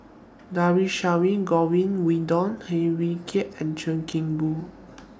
Dhershini Govin Winodan Heng Swee Keat and Chuan Keng Boon